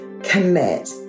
Commit